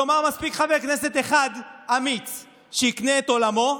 כלומר, מספיק חבר כנסת אחד אמיץ שיקנה את עולמו,